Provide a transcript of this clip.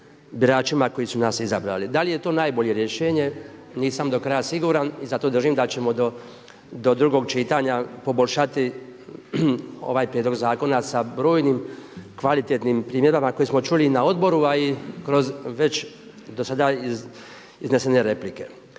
biračima koji su nas izabrali. Da li je to najbolje rješenje, nisam do kraja siguran i zato držim da ćemo do drugog čitanja poboljšati ovaj prijedlog zakona sa brojnim kvalitetnim primjedbama koje smo čuli na odboru a i kroz već do sada iznesene replike.